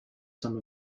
some